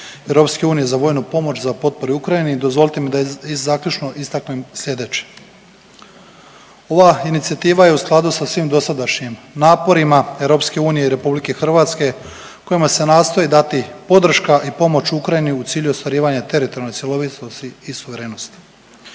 u misiji EU za vojnu pomoć za potporu Ukrajini, dozvolite mi da i zaključno istaknem slijedeće. Ova inicijativa je u skladu sa svim dosadašnjim naporima EU i RH kojima se nastoji dati podrška i pomoć Ukrajini u cilju ostvarivanja teritorijalne cjelovitosti i suverenosti.